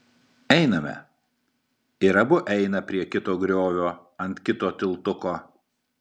einame ir abu eina prie kito griovio ant kito tiltuko